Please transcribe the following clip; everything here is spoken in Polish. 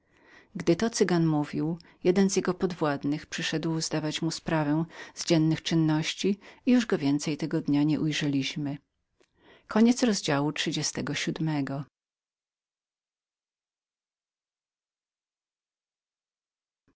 gdy tak cygan mówił jeden z jego podwładnych przyszedł zdawać mu sprawę z dziennych czynności i już go więcej nieujrzeliśmy